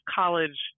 college